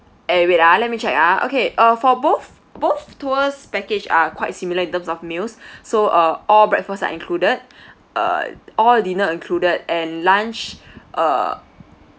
eh wait ah let me check ah okay uh for both both tours package are quite similar in terms of meals so uh all breakfast are included uh all dinner included and lunch uh